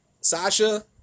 Sasha